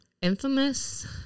infamous